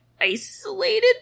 isolated